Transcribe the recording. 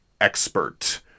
expert